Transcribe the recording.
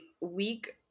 week